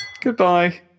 Goodbye